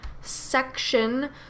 section